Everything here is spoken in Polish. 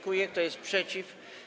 Kto jest przeciw?